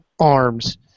arms